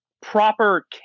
proper